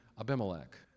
Abimelech